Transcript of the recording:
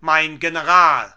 mein general